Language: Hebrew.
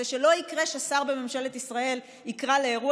כדי שלא יקרה ששר בממשלת ישראל יקרא לאירוע